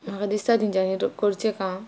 म्हाका दिसता तेंच्यांनी करचें काम